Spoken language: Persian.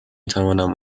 توانم